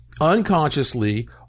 unconsciously